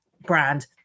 brand